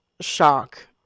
shock